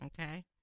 Okay